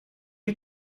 you